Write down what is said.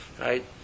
Right